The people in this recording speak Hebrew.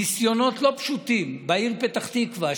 ניסיונות לא פשוטים בעיר פתח תקווה,